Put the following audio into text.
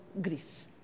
grief